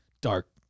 dark